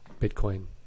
bitcoin